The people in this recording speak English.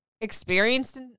experienced